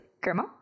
Grandma